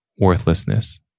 worthlessness